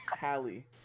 Hallie